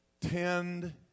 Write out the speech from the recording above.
tend